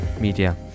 media